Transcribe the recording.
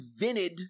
invented